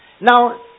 Now